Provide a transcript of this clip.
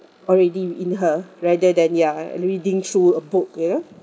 already in her rather than ya reading through a book ya